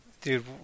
dude